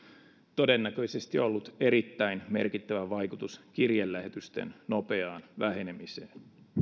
todennäköisesti ollut erittäin merkittävä vaikutus kirjelähetysten nopeaan vähenemiseen